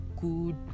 good